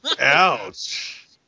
Ouch